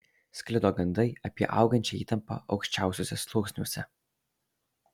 sklido gandai apie augančią įtampą aukščiausiuose sluoksniuose